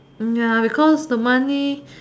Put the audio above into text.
ya because the money